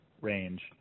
range